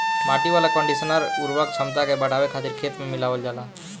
माटी वाला कंडीशनर उर्वरक क्षमता के बढ़ावे खातिर खेत में मिलावल जाला